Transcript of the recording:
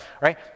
right